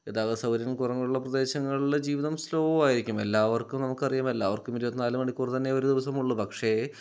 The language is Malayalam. ഗതാഗത സൗകര്യം കുറവുള്ള പ്രദേശങ്ങളിൽ ജീവിതം സ്ലോ ആയിരിക്കും എല്ലാവർക്കും നമുക്കറിയാം എല്ലാവർക്കും ഇരുപത്തി നാല് മണിക്കൂർ തന്നെ ഒരു ദിവസം ഉള്ളു പക്ഷേ